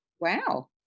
Wow